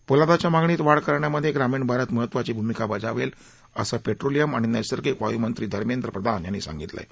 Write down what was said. पोलादाच्या मागणीत वाढ करण्यामध्ये ग्रामीण भारत महत्वाची भूमिका बजावेल असं पेट्रोलियम आणि नैसर्गिक वायूमंत्री धमेंद्र प्रधान यांनी सांगितलं आहे